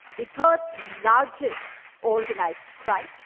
the third-largest organized crime,